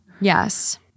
Yes